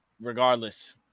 regardless